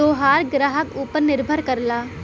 तोहार ग्राहक ऊपर निर्भर करला